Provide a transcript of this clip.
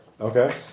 Okay